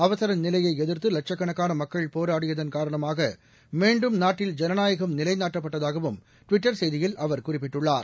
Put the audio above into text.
அவசர நிலையை எதிர்த்து லட்சக்கணக்கான மக்கள் போராடியதன் காரணமாக மீண்டும் நாட்டில் ஜனநாயகம் நிலைநாட்டப்பட்டதாகவும் ட்விட்டர் செய்தியில் அவர் குறிப்பிட்டுள்ளார்